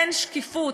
אין שקיפות,